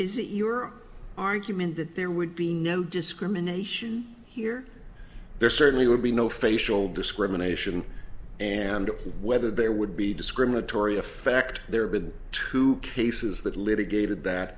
is it your argument that there would be no discrimination here there certainly would be no facial discrimination and whether there would be discriminatory effect there been two cases that litigated that